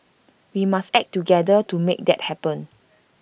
we must act together to make that happen